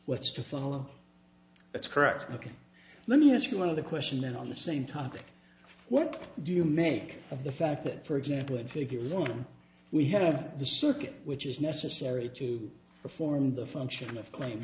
what's to follow that's correct ok let me ask you one of the question then on the same topic what do you make of the fact that for example in figure limb we have the circuit which is necessary to perform the function of claimed